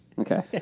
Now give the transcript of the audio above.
Okay